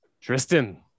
Tristan